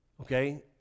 Okay